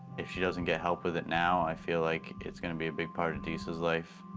if she doesn't get help with it now, i feel like it's gonna be a big part of disa's life.